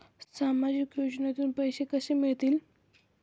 सामाजिक योजनेतून पैसे कसे मिळतील?